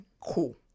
cool